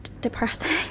depressing